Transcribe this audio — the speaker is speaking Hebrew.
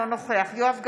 אינו נוכח יואב גלנט,